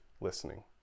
listening